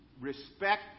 Respect